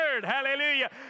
Hallelujah